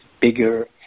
bigger